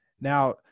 Now